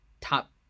Top